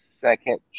second